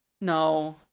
no